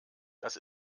dass